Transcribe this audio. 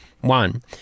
one